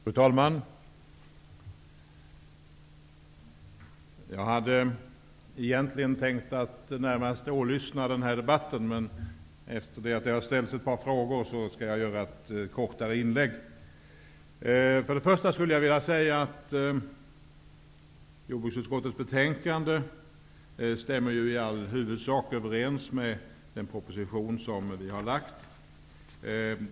Fru talman! Jag hade egentligen tänkt nöja mig med att lyssna på denna debatt, men eftersom det har ställts ett par frågor vill jag göra ett inlägg. Först och främst skulle jag vilja säga att jordbruksutskottets betänkande i huvudsak stämmer överens med regeringens proposition.